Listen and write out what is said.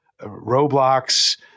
Roblox